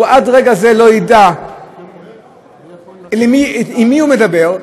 והוא עד רגע זה לא ידע עם מי הוא מדבר,